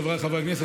חבריי חברי הכנסת,